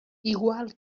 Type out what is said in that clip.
igual